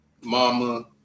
Mama